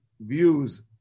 views